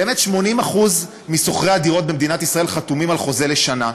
באמת 80% משוכרי הדירות במדינת ישראל חתומים על חוזה לשנה,